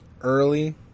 early